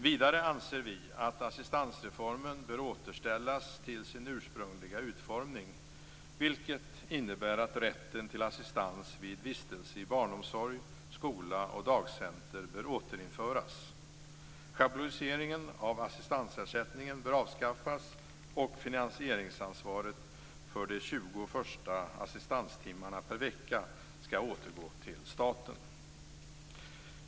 Vidare anser vi att assistansreformen bör återställas till sin ursprungliga utformning, vilket innebär att rätten till assistans vid vistelse i barnomsorg, skola och dagcenter bör återinföras. Schabloniseringen av assistansersättningen bör avskaffas, och finansieringsansvaret för de 20 första assistanstimmarna per vecka skall återgå till staten.